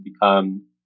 become